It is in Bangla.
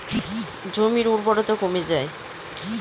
গাছ কাটার ফলে যখন জমি থেকে সর্বোচ্চ লেয়ার ক্ষয় হয়ে যায়